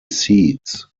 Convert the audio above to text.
seeds